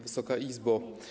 Wysoka Izbo!